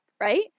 right